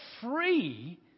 free